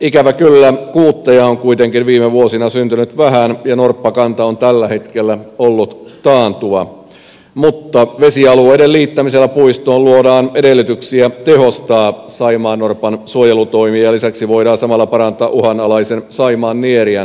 ikävä kyllä kuutteja on kuitenkin viime vuosina syntynyt vähän ja norppakanta on tällä hetkellä ollut taantuva mutta vesialueiden liittämisellä puistoon luodaan edellytyksiä tehostaa saimaannorpan suojelutoimia ja lisäksi voidaan samalla parantaa uhanalaisen saimaannieriän suojelua